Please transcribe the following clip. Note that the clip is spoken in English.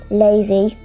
lazy